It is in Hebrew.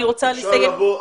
אפשר לבוא הפוך.